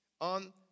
on